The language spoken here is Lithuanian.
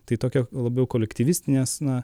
tai tokia labiau kolektyvistinės na